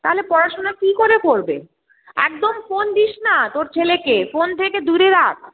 তাহলে পড়াশোনা কী করে পড়বে একদম ফোন দিস না তোর ছেলেকে ফোন থেকে দূরে রাখ